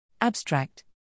Abstract